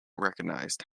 recognized